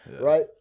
right